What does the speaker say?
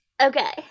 Okay